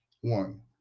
One